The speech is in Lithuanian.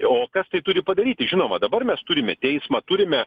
o kas tai turi padaryti žinoma dabar mes turime teismą turime